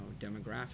demographic